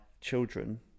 children